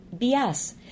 BS